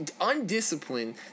undisciplined